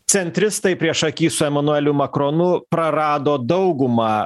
centristai priešaky su emanueliu makronu prarado daugumą